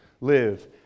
live